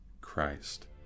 Christ